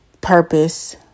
purpose